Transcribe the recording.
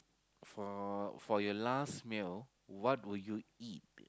for for your last meal what would you eat